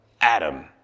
Adam